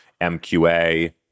MQA